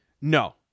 No